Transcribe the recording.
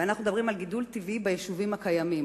ואנחנו מדברים על גידול טבעי ביישובים הקיימים.